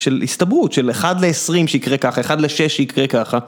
של הסתברות, של 1 ל-20 שיקרה ככה, 1 ל-6 שיקרה ככה.